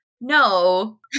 no